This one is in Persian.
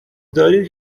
دارید